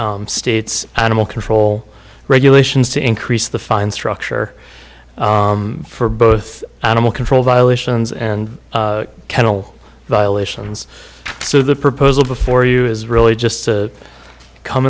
the state's animal control regulations to increase the fine structure for both animal control violations and kennel violations so the proposal before you is really just to come